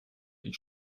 ich